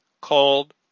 called